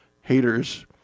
haters